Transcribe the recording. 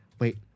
Wait